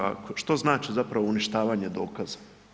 A što znači zapravo uništavanje dokaza?